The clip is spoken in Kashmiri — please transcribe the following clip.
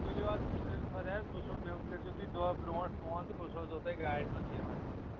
تُلِو حظ پُشرٲیِو خۄدایَس بہٕ چھُسو بٮ۪ل کٔرۍ زیو تُہۍ دۄہ برونٛٹھ فون تہٕ بہٕ سوزو تۄہِہ گاڑِ منٛز سیٖمَٹ